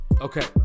Okay